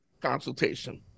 consultation